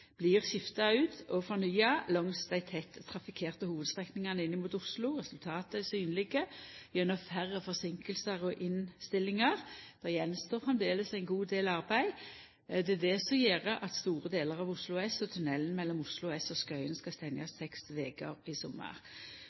blir skifta ut og fornya langs dei tett trafikkerte hovudstrekningane inn mot Oslo, og resultata er synlege gjennom færre forseinkingar og innstillingar. No gjenstår det framleis ein god del arbeid. Det er det som gjer at store delar av Oslo S og tunnelen mellom Oslo S og Skøyen skal stengjast seks veker i sommar.